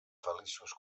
feliços